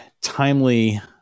timely